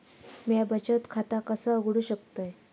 म्या बचत खाता कसा उघडू शकतय?